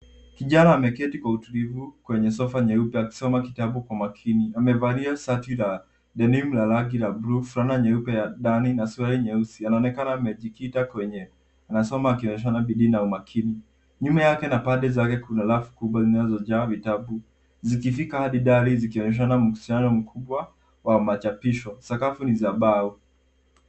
Kijana ameketi kwa utulivu kwenye sofa nyeupe akisoma kitabu kwa makini. Amevalia shati la denim la rangi la bluu, fulana nyeupe ya ndani na suruali nyeusi. Anaonekana amejikita kwenye, anasoma akionyeshana bidii na umakini. Nyuma yake na pande zake kuna rafu kubwa zinazojaa vitabu zikifika hadi dari likionyeshana uhusiano mkubwa wa machapisho. Sakafu ni za mbao.